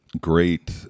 great